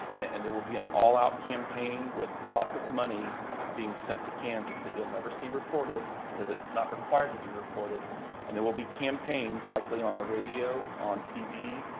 and there will be an all-out campaign with lots of money being sent to kansas that you'll never see reported because it's not required to be reported and there will be campaigns likely on the radio, on tv,